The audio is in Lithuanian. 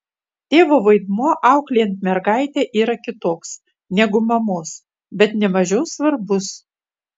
tėvo vaidmuo auklėjant mergaitę yra kitoks negu mamos bet ne mažiau svarbus